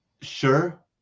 Sure